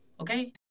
okay